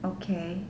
okay